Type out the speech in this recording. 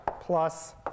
plus